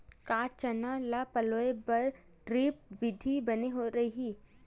का चना ल पलोय बर ड्रिप विधी बने रही?